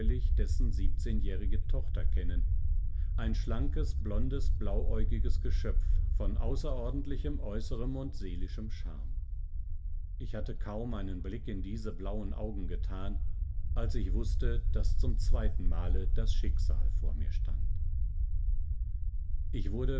dessen siebzehnjährige tochter kennen ein schlankes blondes blauäugiges geschöpf von außerordentlichem äußerem und seelischem charme ich hatte kaum einen blick in diese blauen augen getan als ich wußte daß zum zweiten male das schicksal vor mir stand ich wurde